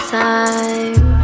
time